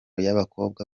y’abakobwa